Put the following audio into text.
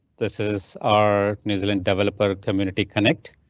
this is our new zealand developer community connect.